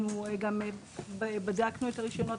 אנחנו גם בדקנו את הרישיונות,